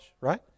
Right